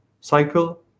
cycle